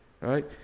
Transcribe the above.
right